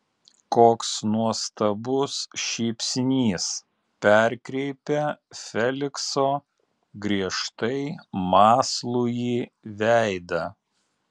koks nuostabus šypsnys perkreipia felikso griežtai mąslųjį veidą